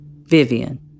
Vivian